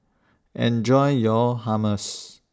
Enjoy your Hummus